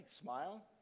smile